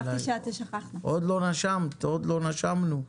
עוד לא נשמת, עוד לא נשמנו.